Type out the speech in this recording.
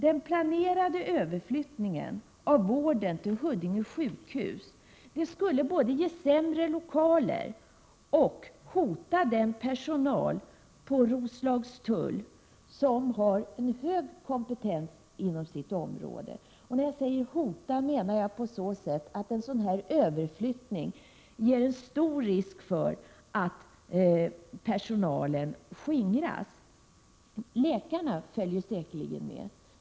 Den planerade överflyttningen av vården till Huddinge sjukhus skulle både ge sämre lokaler och hota den personal på Roslagstull som har hög kompetens inom sitt område. När jag säger hota, menar jag att en sådan här överflyttning innebär stor risk för att personalen skingras. Läkarna följer säkerligen med.